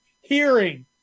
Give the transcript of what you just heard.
hearing